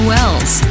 Wells